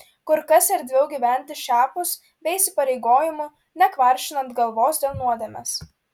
kur kas erdviau gyventi šiapus be įsipareigojimų nekvaršinant galvos dėl nuodėmės